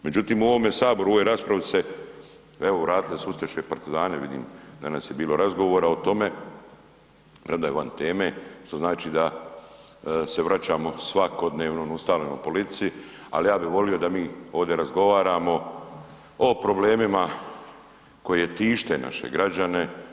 Međutim, u ovome saboru u ovoj raspravi se, evo vratili su se ustaše i partizani vidim, danas je bilo razgovora o tome premda je van teme, što znači da se vraćamo svakodnevno ustaljenoj politici, ali ja bi volio da mi ovdje razgovaramo o problemima koji tiše naše građane.